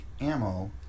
ammo